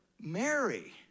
Mary